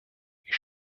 ich